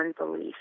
unbelief